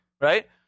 right